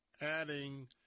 adding